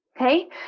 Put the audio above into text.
Okay